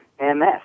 MS